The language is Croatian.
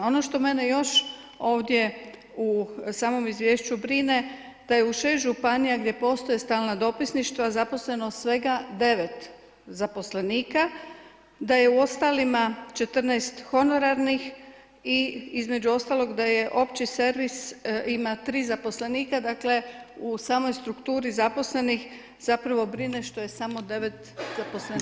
Ono što mene još ovdje u samom izvješću brine, da je u 6 županija gdje postoje stalna dopisništva zaposleno svega 9 zaposlenika da je u ostalima 14 honorarnih i između ostalog da je opći servis ima 3 zaposlenika, dakle, u samoj strukturi zaposlenih, zapravo brine što je samo 9 zaposlenika.